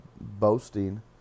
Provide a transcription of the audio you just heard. boasting